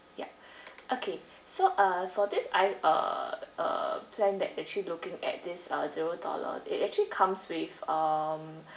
ya okay so uh for this I uh uh plan that you're actually looking at this uh zero dollar uh it actually comes with um